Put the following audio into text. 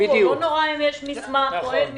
לא נורא אם יש מסמך או אין מסמך.